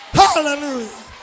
hallelujah